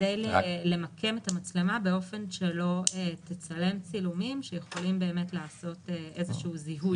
כדי למקם את המצלמה באופן שלא תצלם צילומים שיכולים לעשות איזשהו זיהוי.